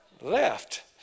left